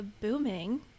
booming